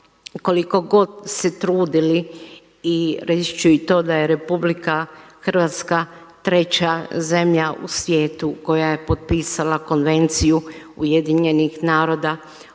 koliko god se trudili, reći ću i to da je Republika Hrvatska treća zemlja u svijetu koja je potpisala Konvenciju Ujedinjenih naroda o